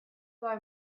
boy